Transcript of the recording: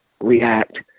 react